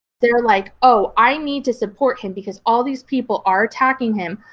they're like, oh, i need to support him because all these people are attacking him,